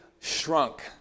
shrunk